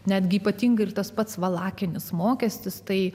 netgi ypatingai ir tas pats valakinis mokestis tai